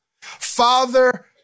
Father